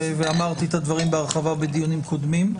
ואמרתי את הדברים בהרחבה בדיונים קודמים.